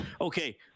Okay